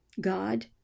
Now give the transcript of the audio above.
God